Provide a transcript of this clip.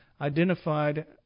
identified